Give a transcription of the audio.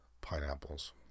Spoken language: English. pineapples